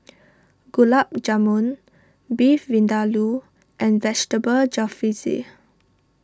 Gulab Jamun Beef Vindaloo and Vegetable Jalfrezi